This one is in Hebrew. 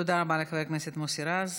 תודה רבה לחבר הכנסת מוסי רז.